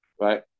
Right